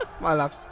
Malak